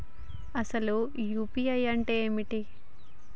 అసలు యూ.పీ.ఐ అంటే ఏమిటి?